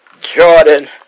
Jordan